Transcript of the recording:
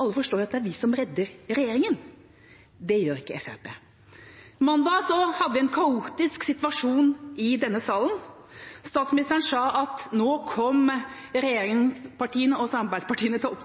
Alle forstår at det er vi som redder regjeringa. Det gjør ikke Fremskrittspartiet. Mandag hadde vi en kaotisk situasjon i denne salen. Statsministeren sa at nå kom regjeringspartiene og